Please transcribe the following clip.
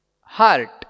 heart